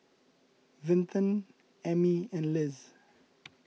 Vinton Emmy and Liz